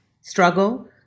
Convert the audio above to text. struggle